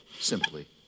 simply